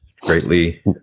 greatly